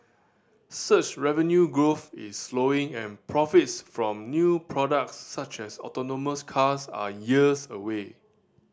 search revenue growth is slowing and profits from new products such as autonomous cars are years away